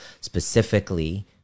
specifically